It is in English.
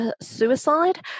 suicide